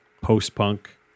post-punk